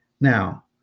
Now